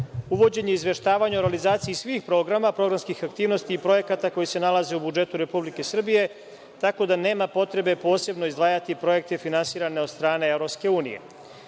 uvođenje izveštavanja o realizaciji svih programa, programskih aktivnosti i projekata koji se nalaze u budžetu Republike Srbije, tako da nema potrebe posebno izdvajati projekte finansirane od strane Evropske